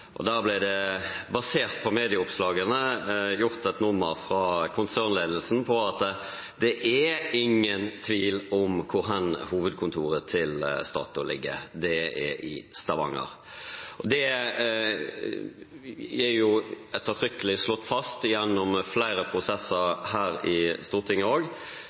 og der ble det, basert på medieoppslagene, av konsernledelsen gjort et nummer av at det ikke er noen tvil om hvor hovedkontoret til Statoil ligger – det er i Stavanger. Det er ettertrykkelig slått fast gjennom flere prosesser også her i Stortinget.